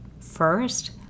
first